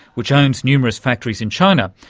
which owns numerous factories in china,